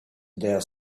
their